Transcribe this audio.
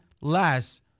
less